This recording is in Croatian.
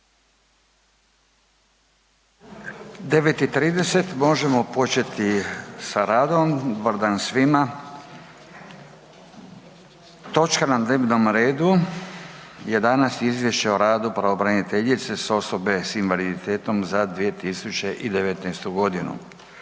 i 30 možemo početi sa radom, dobar dan svima. Točka na dnevnom redu je danas: - Izvješće o radu pravobranitelja za osobe s invaliditetom za 2019. godinu